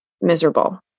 miserable